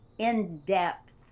in-depth